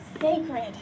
sacred